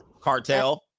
Cartel